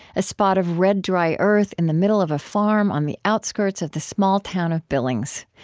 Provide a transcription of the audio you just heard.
a spot of red, dry earth in the middle of a farm on the outskirts of the small town of billings.